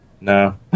No